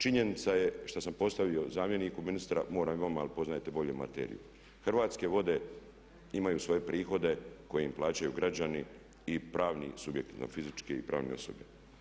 Činjenica je što sam postavio zamjeniku ministra, moram i vama jer poznajete bolje materiju, Hrvatske vode imaju svoje prihode koje im plaćaju građani i pravni subjekti, fizičke i pravne osobe.